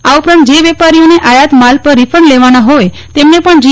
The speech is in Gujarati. આ ઉપરાંત જે વેપારીઓ આયાત માલ પર રીફંડ લેવાના હોય તેમને પણ જી